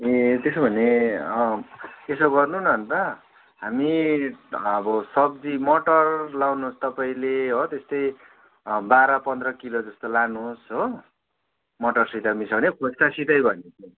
ए त्यसो भने यसो गर्नु न अन्त हामी अब सब्जी मटर लगाउनु होस् तपाईँले हो त्यस्तै बाह्र पन्ध्र किलो जस्तो लानु होस् हो मटरसित मिसाउने खोस्टासित गरिदिन्छु